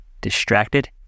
distracted